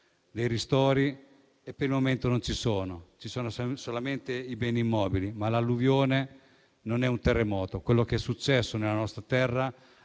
dei ristori. Per il momento non ci sono, e sono presenti solamente i beni immobili, ma l'alluvione non è un terremoto. Quello che è successo nella nostra terra